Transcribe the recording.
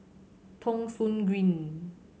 Thong Soon Green